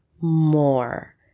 more